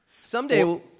Someday